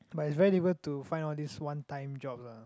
but it's very difficult to find all these one time job lah